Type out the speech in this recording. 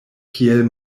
kiel